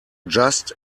just